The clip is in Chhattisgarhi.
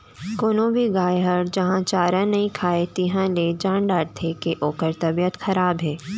कोनो भी गाय ह जहॉं चारा नइ खाए तिहॉं ले जान डारथें के ओकर तबियत खराब हे